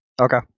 Okay